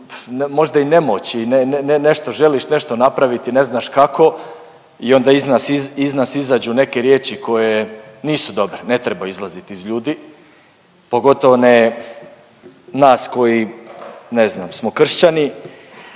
ne…, ne…, nešto želiš nešto napravit, ne znaš kako i onda iz nas, iz nas izađu neke riječi koje nisu dobre, ne trebaju izlaziti iz ljudi, pogotovo ne nas koji ne znam smo kršćani,